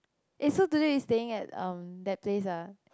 eh so today you staying at um that place ah